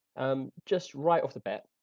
um just right off the bat,